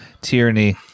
tyranny